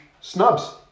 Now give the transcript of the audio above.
snubs